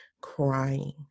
crying